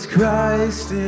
Christ